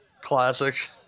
Classic